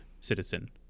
citizen